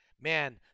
man